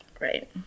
Right